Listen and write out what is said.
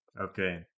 Okay